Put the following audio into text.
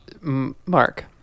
mark